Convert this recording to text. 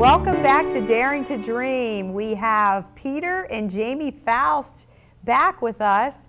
welcome back to daring to dream we have peter and jamie falsehood back with us